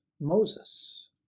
Moses